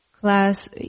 class